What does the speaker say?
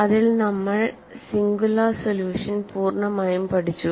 അതിൽ നമ്മൾ singular solution പൂർണ്ണമായും പഠിച്ചു